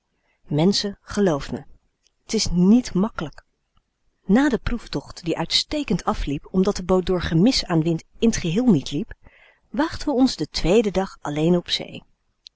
menschen gelft me t is nièt makkelijk na de proeftocht die uitstekend afliep omdat de boot door gemis aan wind in t geheel niet liep waagden we ons den tweeden dag alléén op zee